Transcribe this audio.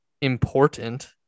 important